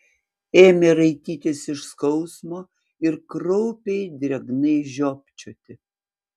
ėmė raitytis iš skausmo ir kraupiai drėgnai žiopčioti